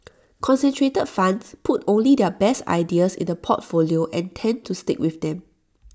concentrated funds put only their best ideas into the portfolio and tend to stick with them